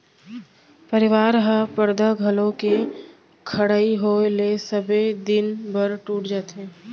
परवार ह परदा घलौ के खड़इ होय ले सबे दिन बर टूट जाथे